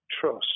trust